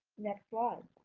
next slide.